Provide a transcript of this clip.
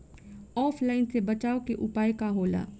ऑफलाइनसे बचाव के उपाय का होला?